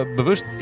bewust